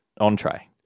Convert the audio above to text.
entree